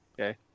Okay